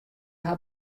har